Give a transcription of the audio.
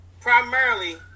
Primarily